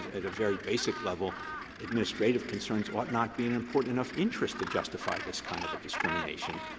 at a very basic level administrative concerns ought not be an important enough interest to justify this kind of a discrimination